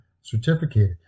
certificated